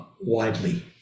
widely